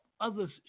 others